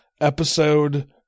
episode